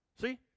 See